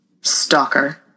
Stalker